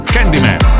Candyman